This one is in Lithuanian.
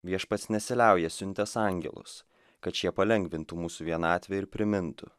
viešpats nesiliauja siuntęs angelus kad šie palengvintų mūsų vienatvę ir primintų